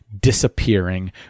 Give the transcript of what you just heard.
disappearing